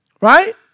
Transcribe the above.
Right